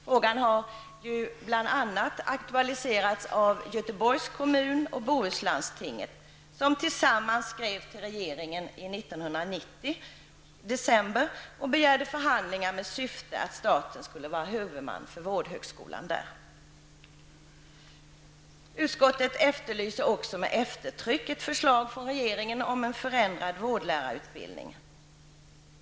Frågan har bl.a. aktualiserats av Göteborgs kommun och Bohuslandstinget, som tillsammans skrev till regeringen i december 1990 och begärde förhandlingar med syfte att staten skulle vara huvudman för vårdhögskolan där. Utskottet efterlyser också med eftertryck ett förslag från regeringen om förändrad vårdlärarutbildning.